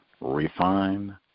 refine